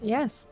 Yes